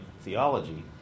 theology